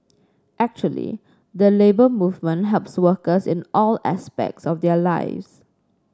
actually the Labour Movement helps workers in all aspects of their lives